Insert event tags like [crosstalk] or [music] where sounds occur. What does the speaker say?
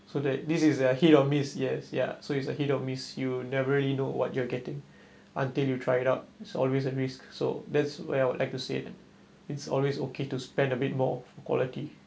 so that this is a hit or miss yes ya so it's a hit or miss you never really know what you are getting [breath] until you try it out so always a risk so that's where I would like to say it's always okay to spend a bit more for quality